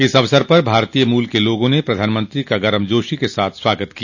इस अवसर पर भारतीय मूल के लोगों ने प्रधानमंत्री का गरमजोशी के साथ स्वागत किया